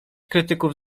krytyków